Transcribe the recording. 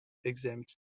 exempt